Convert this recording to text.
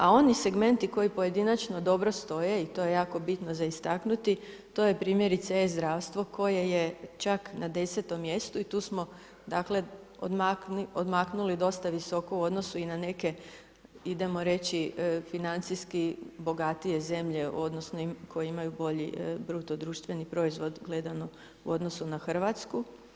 A oni segmenti koji pojedinačno dobro stoje i to je jako bitno za istaknuti to je primjerice e-zdravstvo koje je čak na 10.-om mjestu i tu smo dakle odmaknuli dosta visoko u odnosu i na neke, idemo reći financijski bogatije zemlje odnosno koje imaju bolji BDP gledano u odnosu na Hrvatsku.